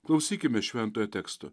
klausykime šventojo teksto